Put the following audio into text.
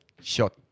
shot